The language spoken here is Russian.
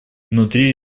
внутри